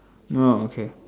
no okay